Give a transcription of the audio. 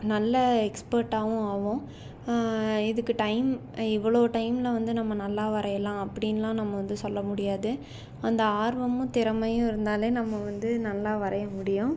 நல்ல எக்ஸ்பர்ட்டாகவும் ஆகுவோம் இதுக்கு டைம் இவ்வளோ டைம்ல வந்து நம்ம நல்லா வரையலாம் அப்படின்லாம் நம்ம வந்து சொல்ல முடியாது அந்த ஆர்வமும் திறமையும் இருந்தாலே நம்ம வந்து நல்லா வரைய முடியும்